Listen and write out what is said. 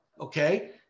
Okay